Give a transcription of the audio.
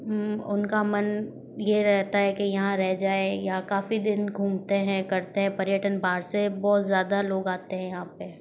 उनका मन यह रहता है कि यहाँ रह जाए यहाँ काफ़ी दिन घूमते हैं करते हैं पर्यटन बाहर से बहुत ज़्यादा लोग आते है यहाँ पर